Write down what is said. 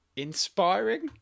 inspiring